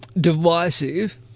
divisive